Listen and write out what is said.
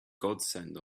godsend